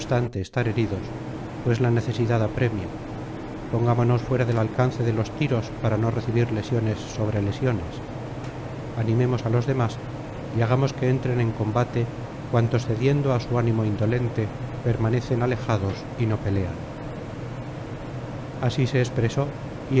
estar heridos pues la necesidad apremia pongámonos fuera del alcance de los tiros para ho recibir lesiones sobre lesiones animemos á los demás y hagamos que entren en combate cuantos cediendo á su ánimo indolente permanecen alejados y no pelean así se expresó